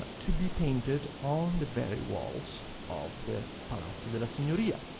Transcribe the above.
ah to be painted on the very walls of the palazzo della signoria.